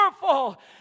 powerful